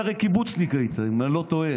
אתה הרי היית קיבוצניק, אם אני לא טועה.